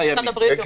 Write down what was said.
כן,